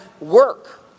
work